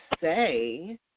say